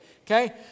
Okay